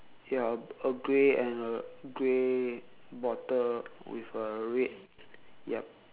ya a grey and a grey bottle with a red yup